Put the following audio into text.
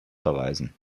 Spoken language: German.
verweisen